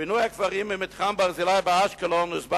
פינוי הקברים במתחם "ברזילי" באשקלון הוסבר